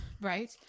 Right